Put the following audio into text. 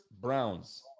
Browns